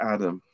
Adam